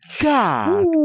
God